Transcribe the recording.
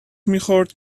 میخورد